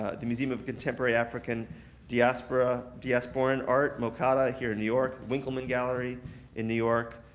ah the museum of contemporary african diasporan diasporan art mocada, here in new york, winkelman gallery in new york,